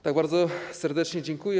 Tak, bardzo serdecznie dziękuję.